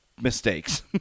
mistakes